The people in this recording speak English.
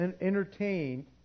entertained